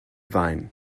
wein